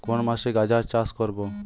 কোন মাসে গাজর চাষ করব?